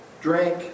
drink